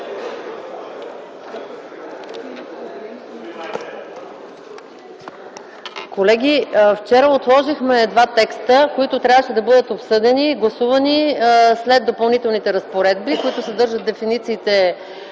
Колеги, вчера отложихме два текста, които трябваше да бъдат обсъдени и гласувани след Допълнителните разпоредби, които съдържат дефинициите